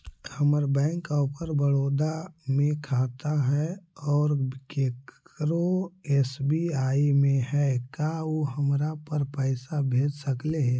हमर Bank of Baroda में खाता है और केकरो एस.बी.आई में है का उ हमरा पर पैसा भेज सकले हे?